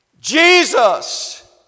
Jesus